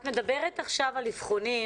את מדברת עכשיו על אבחונים,